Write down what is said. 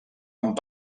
amb